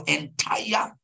entire